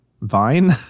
vine